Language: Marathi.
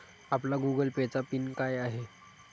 आपला गूगल पे चा पिन काय आहे?